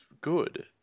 good